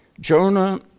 Jonah